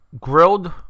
grilled